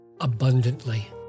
abundantly